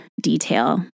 detail